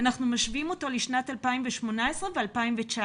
אנחנו משווים אותו לשנת 2018 ו-2019.